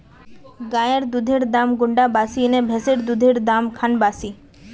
गायेर दुधेर दाम कुंडा बासी ने भैंसेर दुधेर र दाम खान बासी?